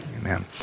Amen